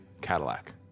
Cadillac